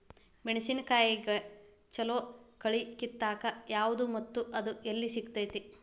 ಮೆಣಸಿನಕಾಯಿಗ ಛಲೋ ಕಳಿ ಕಿತ್ತಾಕ್ ಯಾವ್ದು ಮತ್ತ ಅದ ಎಲ್ಲಿ ಸಿಗ್ತೆತಿ?